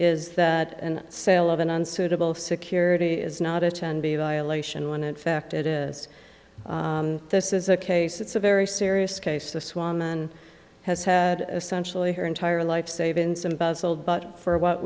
is that and sale of an unsuitable security is not a ten b violation when in fact it is this is a case it's a very serious case this woman has had essentially her entire life savings embezzled but for what